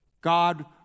God